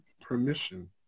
permission